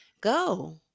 go